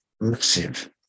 massive